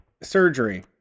surgery